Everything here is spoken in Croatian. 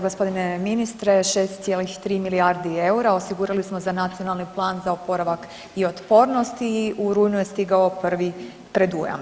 Gospodine ministre 6,3 milijardi EUR-a osigurali smo za Nacionalni plan za oporavak i otpornost i u rujnu je stigao prvi predujam.